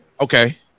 okay